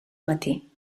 matí